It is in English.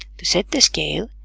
to set the scale,